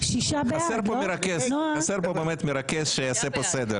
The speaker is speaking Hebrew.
חסר פה מרכז שיעשה פה סדר.